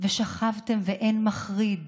ושכבתם ואין מחריד